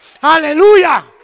Hallelujah